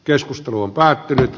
keskustelu on päättynyt